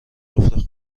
سفره